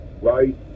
Right